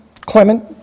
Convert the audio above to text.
Clement